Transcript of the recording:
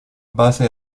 base